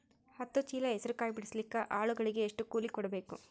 ಹತ್ತು ಚೀಲ ಹೆಸರು ಕಾಯಿ ಬಿಡಸಲಿಕ ಆಳಗಳಿಗೆ ಎಷ್ಟು ಕೂಲಿ ಕೊಡಬೇಕು?